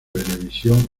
venevisión